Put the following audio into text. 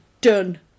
done